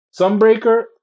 Sunbreaker